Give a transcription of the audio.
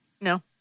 No